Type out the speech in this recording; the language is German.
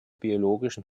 biologischen